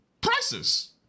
prices